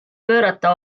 pöörata